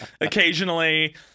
occasionally